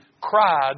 cried